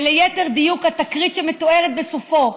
וליתר דיוק, התקרית שמתוארת בסופו,